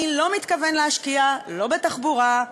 אני לא מתכוון להשקיע, לא בתחבורה,